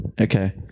Okay